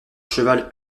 cheval